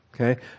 Okay